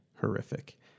horrific